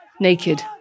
naked